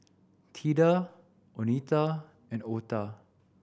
Theda Oneta and Otha